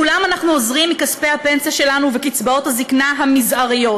לכולם אנחנו עוזרים מכספי הפנסיה שלנו וקצבאות הזקנה המזעריות.